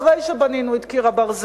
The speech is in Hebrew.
אחרי שבנינו את קיר הברזל,